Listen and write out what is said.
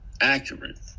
accurate